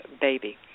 baby